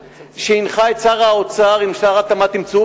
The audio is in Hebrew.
שהנחה את שר האוצר עם שר התמ"ת שימצאו